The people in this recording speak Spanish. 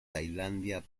tailandia